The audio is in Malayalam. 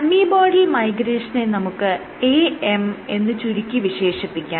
അമീബോയ്ഡൽ മൈഗ്രേഷനെ നമുക്ക് "AM" എന്ന് ചുരുക്കി വിശേഷിപ്പിക്കാം